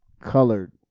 colored